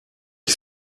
qui